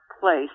place